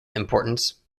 importance